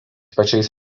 pačiais